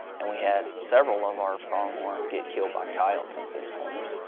and we had several of our pronghorn get killed by coyote in fence corners.